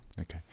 Okay